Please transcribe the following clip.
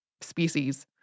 species